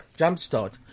jumpstart